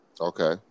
Okay